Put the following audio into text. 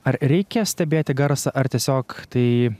ar reikia stebėti garsą ar tiesiog tai